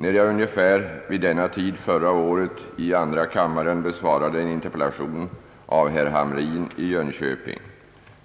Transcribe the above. När jag ungefär vid denna tid förra året i andra kammaren besvarade en interpellation av herr Hamrin i Jönköping